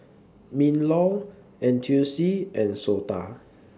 MINLAW N T U C and Sota